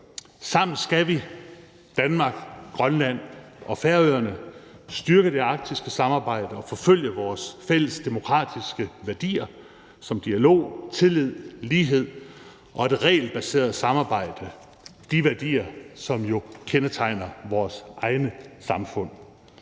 Sammen skal vi, Danmark, Grønland og Færøerne, styrke det arktiske samarbejde og forfølge vores fælles demokratiske værdier som dialog, tillid, lighed og et regelbaseret samarbejde – de værdier, som jo kendetegner vores egne samfund.